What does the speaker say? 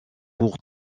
pour